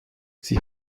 sie